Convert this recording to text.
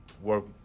work